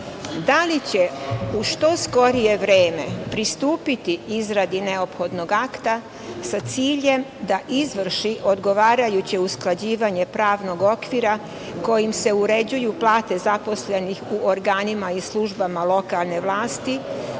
da li će u što skorije vreme pristupiti izradi neophodnog akta sa ciljem da izvrši odgovarajuće usklađivanje pravnog okvira kojim se uređuju plate zaposlenih u organima i službama lokalne vlasti